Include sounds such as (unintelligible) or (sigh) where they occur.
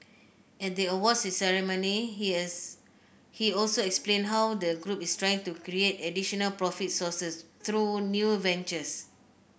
at the awards ceremony he (unintelligible) he also explained how the group is trying to create additional profit sources through new ventures